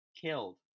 killed